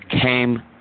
came